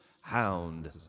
Hound